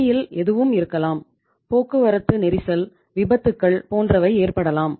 வழியில் எதுவும் இருக்கலாம் போக்குவரத்து நெரிசல் விபத்துக்கள் போன்றவை ஏற்படலாம்